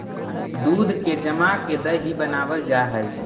दूध के जमा के दही बनाबल जा हई